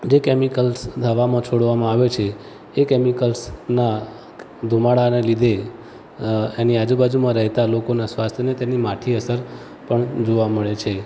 જે કૅમિકલ્સ હવામાં છોડવામાં આવે છે એ કૅમિકલ્સના ધુમાડાને લીધે એની આજુબાજુમાં રહેતાં લોકોને તેમના સ્વાસ્થ્યને તેમની માઠી અસર પણ જોવા મળે છે